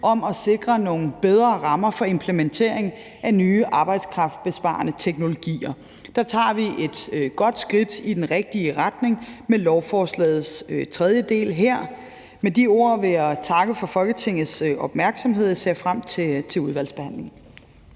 om at sikre nogle bedre rammer for implementering af nye arbejdskraftbesparende teknologier. Der tager vi et godt skridt i den rigtige retning med lovforslagets tredje del her. Med de ord vil jeg takke for Folketingets opmærksomhed. Jeg ser frem til udvalgsbehandlingen.